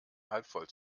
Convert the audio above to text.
halbvoll